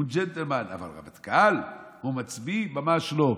הוא ג'נטלמן, אבל רמטכ"ל או מצביא, ממש לא.